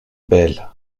belle